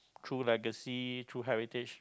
through legacy through heritage